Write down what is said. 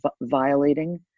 violating